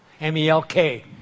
M-E-L-K